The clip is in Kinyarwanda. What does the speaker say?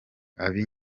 abi